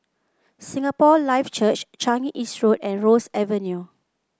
Singapore Life Church Changi East Road and Ross Avenue